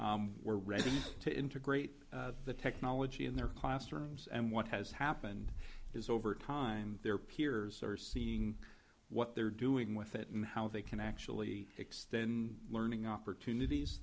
who were ready to integrate the technology in their classrooms and what has happened is over time their peers are seeing what they're doing with it and how they can actually extend learning opportunities